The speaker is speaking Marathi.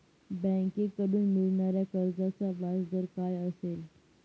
बँकेकडून मिळणाऱ्या कर्जाचा व्याजदर काय असेल?